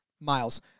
miles